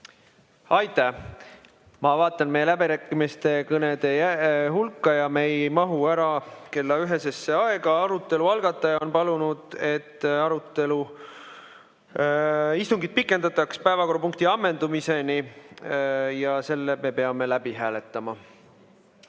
Aitäh! Ma vaatan meie läbirääkimiste kõnede hulka ja saan aru, et me ei mahu ära kella ühesesse aega. Arutelu algataja on palunud, et istungit pikendataks päevakorrapunkti ammendumiseni, ja selle me peame läbi hääletama. Head